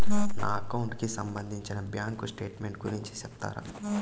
నా అకౌంట్ కి సంబంధించి బ్యాంకు స్టేట్మెంట్ గురించి సెప్తారా